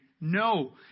no